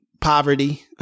poverty